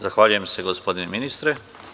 Zahvaljujem se, gospodine ministre.